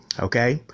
okay